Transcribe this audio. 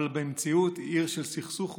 אבל במציאות היא עיר של סכסוך ומחלוקת.